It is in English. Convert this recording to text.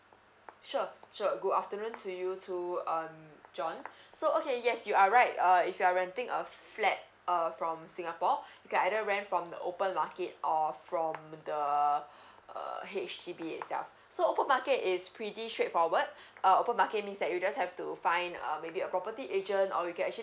sure sure good afternoon to you to um john so okay yes you are right uh if you are renting a flat uh from singapore you can either rent from open market or from the uh H_D_B itself so open market is pretty straightforward uh open market means that you just have to find um maybe a property agent or you can actually